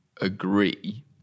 agree